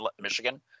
Michigan